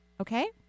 Okay